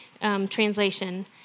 translation